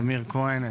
טמיר כהן,